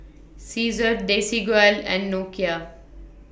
Cesar Desigual and Nokia